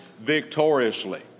victoriously